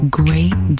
great